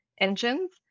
engines